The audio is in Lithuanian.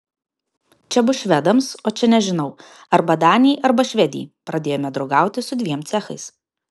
čia bus švedams o čia nežinau arba danijai arba švedijai pradėjome draugauti su dviem cechais